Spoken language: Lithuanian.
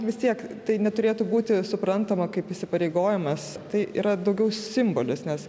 vis tiek tai neturėtų būti suprantama kaip įsipareigojimas tai yra daugiau simbolis nes